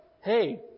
hey